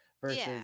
versus